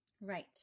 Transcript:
Right